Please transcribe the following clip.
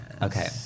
Okay